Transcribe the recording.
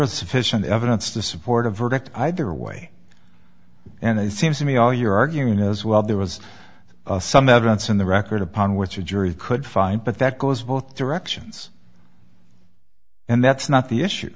was sufficient evidence to support a verdict either way and they seem to me all you're arguing as well there was some evidence in the record upon which a jury could find but that goes both directions and that's not the issue